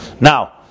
Now